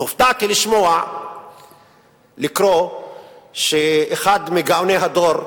שהופתעתי לקרוא שאחד מגאוני הדור,